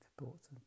thoughts